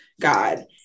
God